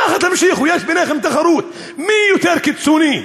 ככה תמשיכו, יש ביניכם תחרות מי יותר קיצוני.